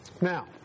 Now